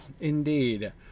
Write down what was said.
Indeed